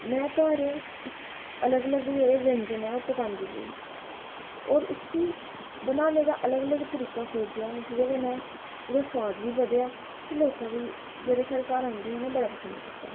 में घर अलग अलग जेह्ड़े न व्यंजन पकांदी गेई होर उस्सी बनाने दा अलग अलग तरीका खोजेआ कि ओह्दे कन्नै एह्दा सोआद बी बधेआ ते ओह् जेह्ड़े साढ़े घर औंदे हे उं'नें बी पसंद कीता